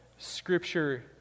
Scripture